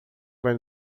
vai